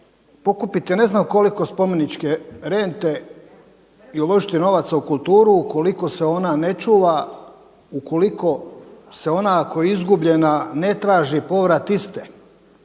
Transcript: pokupiti ne znam koliko spomeničke rente i uložiti novaca u kulturu ukoliko se ona ne čuva, ukoliko se ona ako je izgubljena ne traži povrat iste.